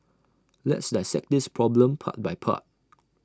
let's dissect this problem part by part